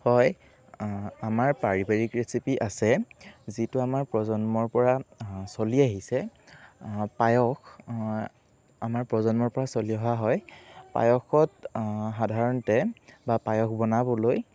হয় আমাৰ পাৰিবাৰিক ৰেচিপি আছে যিটো আমাৰ প্ৰজন্মৰপৰা চলি আহিছে পায়স আমাৰ প্ৰজন্মৰপৰা চলি অহা হয় পায়সত সাধাৰণতে বা পায়স বনাবলৈ